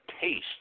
taste